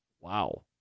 Wow